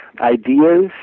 ideas